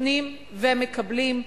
נותנים ומקבלים.